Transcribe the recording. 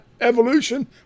evolution